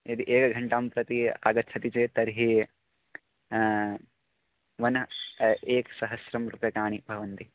यदि एकघण्टां प्रति आगच्छति चेत् तर्हि वनं एकसहस्रं रूप्यकाणि भवन्ति